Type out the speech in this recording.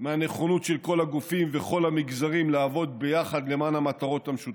מהנכונות של כל הגופים וכל המגזרים לעבוד ביחד למען המטרות המשותפות,